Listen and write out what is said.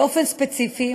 באופן ספציפי,